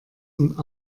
und